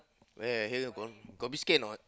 where here got no got biscuit not